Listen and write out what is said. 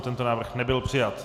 Tento návrh nebyl přijat.